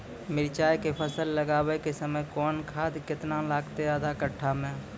मिरचाय के फसल लगाबै के समय कौन खाद केतना लागतै आधा कट्ठा मे?